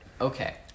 Okay